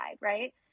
right